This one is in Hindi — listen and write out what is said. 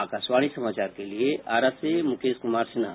आकाशवाणी समाचार के लिए आरा से मुकेश कुमार सिन्हा